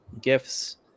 gifts